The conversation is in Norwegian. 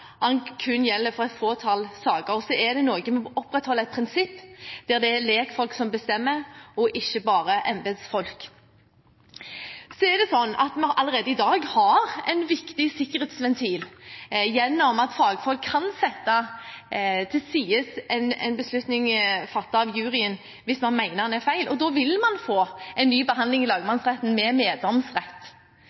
kun gjelder et fåtall saker, er det noe med å opprettholde et prinsipp der det er legfolk som bestemmer og ikke bare embetsfolk. Så er det sånn at vi allerede i dag har en viktig sikkerhetsventil gjennom at fagfolk kan sette til side en beslutning fattet av juryen hvis man mener den er feil, og da vil man få en ny behandling i lagmannsretten med meddomsrett. Så rettssikkerheten er ivaretatt selv om man ønsker seg en meddomsrett.